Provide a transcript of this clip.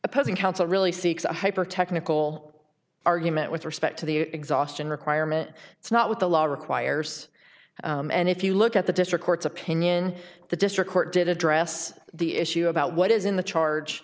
opposing counsel really seeks a hypertechnical argument with respect to the exhaustion requirement it's not what the law requires and if you look at the district court's opinion the district court did address the issue about what is in the charge